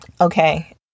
okay